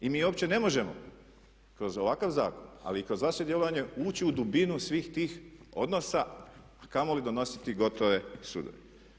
I mi uopće ne možemo kroz ovakav zakon ali i kroz vaše djelovanje ući u dubinu svih tih odnosa, a kamoli donositi gotove sudove.